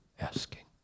asking